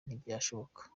ntibyashoboka